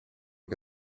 che